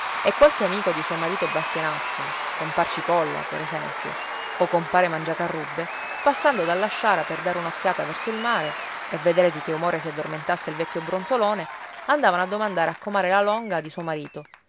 e qualche amico di suo marito bastianazzo compar cipolla per esempio o compare mangiacarrubbe passando dalla sciara per dare un'occhiata verso il mare e vedere di che umore si addormentasse il vecchio brontolone andavano a domandare a comare la longa di suo marito